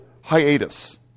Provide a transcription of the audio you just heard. hiatus